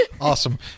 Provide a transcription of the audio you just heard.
awesome